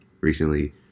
recently